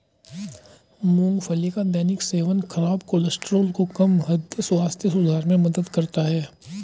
मूंगफली का दैनिक सेवन खराब कोलेस्ट्रॉल को कम, हृदय स्वास्थ्य सुधार में मदद करता है